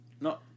No